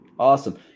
Awesome